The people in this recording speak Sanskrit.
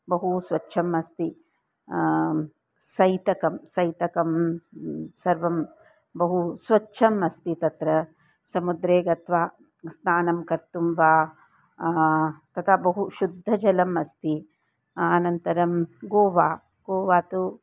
बहु स्वच्छम् अस्ति सिकतं सिकतं सर्वं बहु स्वच्छम् अस्ति तत्र समुद्रे गत्वा स्नानं कर्तुं वा तथा बहु शुद्धजलम् अस्ति आनन्तरं गोवा गोवा तु